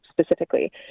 specifically